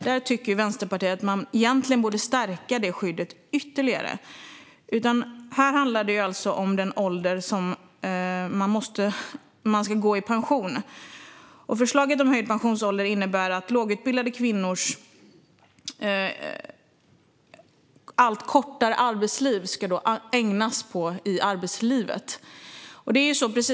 Där tycker Vänsterpartiet att man egentligen borde stärka det skyddet ytterligare. Här handlar det om den ålder som människor ska gå i pension. Förslaget om höjd pensionsålder innebär att lågutbildade kvinnors allt kortare liv ska ägnas åt arbetslivet.